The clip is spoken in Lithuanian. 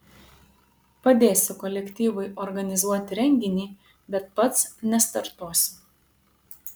padėsiu kolektyvui organizuoti renginį bet pats nestartuosiu